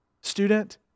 student